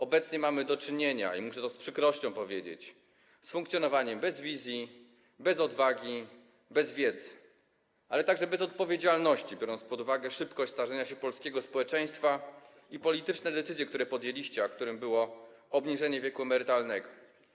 Obecnie mamy do czynienia - muszę z przykrością to powiedzieć - z funkcjonowaniem bez wizji, bez odwagi, bez wiedzy, ale także bez odpowiedzialności, biorąc pod uwagę szybkość starzenia się polskiego społeczeństwa i polityczne decyzje, które podjęliście, a którymi było obniżenie wieku emerytalnego.